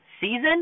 season